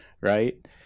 right